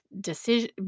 decision